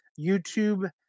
YouTube